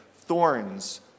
thorns